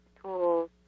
tools